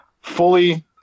fully